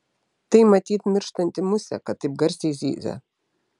tai matyt mirštanti musė kad taip garsiai zyzia